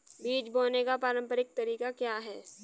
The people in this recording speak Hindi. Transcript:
बीज बोने का पारंपरिक तरीका क्या है?